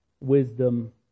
wisdom